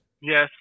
Yes